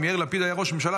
אם יאיר לפיד היה ראש ממשלה,